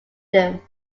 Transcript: them